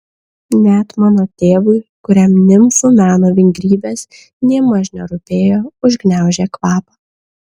net mano tėvui kuriam nimfų meno vingrybės nėmaž nerūpėjo užgniaužė kvapą